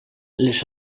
les